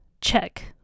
Check